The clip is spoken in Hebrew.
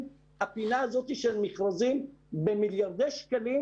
הפינה הזאת של מכרזים במיליארדי שקלים,